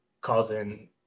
causing